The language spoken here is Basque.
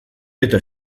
eta